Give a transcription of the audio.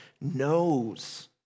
knows